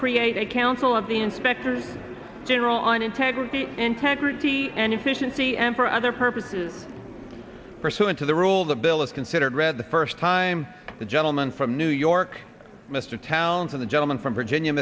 create a council of the inspector general on integrity integrity and efficiency and for other purposes pursuant to the rule the bill is considered read the first time the gentleman from new york mr townson the gentleman from virginia